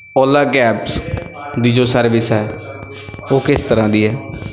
Ola cabs ਦੀ ਜੋ service ਹੈ ਉਹ ਕਿਸ ਤਰ੍ਹਾਂ ਦੀ ਹੈ